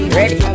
ready